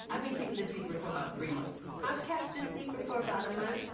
i've been keeping this secret for about three months. i've kept this secret for about a month.